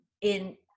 in-